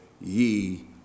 ye